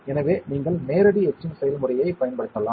எனவே நீங்கள் நேரடி எட்சிங் செயல்முறையைப் பயன்படுத்தலாம்